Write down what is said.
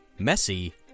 messy